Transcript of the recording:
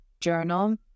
journal